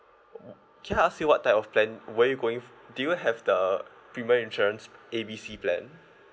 can I ask you what type of plan were you going do you have the premium insurance A B C plan